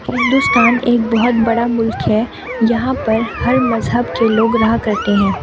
ہندوستان ایک بہت بڑا ملک ہے یہاں پر ہر مذہب کے لوگ رہا کرتے ہیں